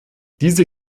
diese